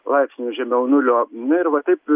laipsnių žemiau nulio na ir va taip